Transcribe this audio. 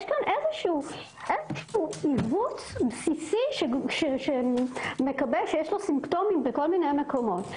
יש פה עיוות בסיסי שמקבל שיש לו סימפטומים בכל מיני מקומות.